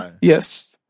yes